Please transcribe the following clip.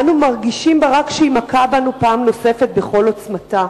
אנו מרגישים בה רק כשהיא מכה בנו פעם נוספת בכל עוצמתה.